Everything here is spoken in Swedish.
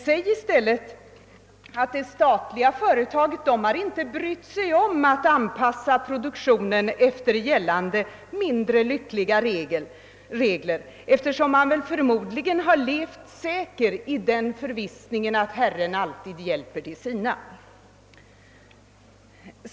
Säg i stället att det statliga företaget inte har brytt sig om att anpassa produktionen efter gällande, mindre lyckade regler, eftersom man förmodligen har levt säker i förvissningen att Herren alltid hjälper de sina.